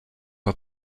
are